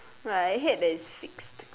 right I hate that it's fixed